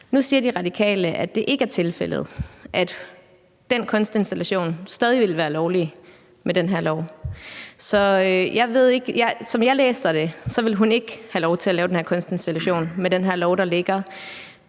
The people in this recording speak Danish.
Nu siger De Radikale, at det ikke er tilfældet, altså at den kunstinstallation stadig ville være lovlig efter vedtagelsen af den her lov. Som jeg læser det, ville hun ikke have lov til at lave den her kunstinstallation med den her lov. Jeg ved